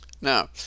Now